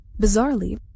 Bizarrely